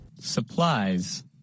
Supplies